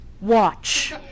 watch